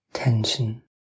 tension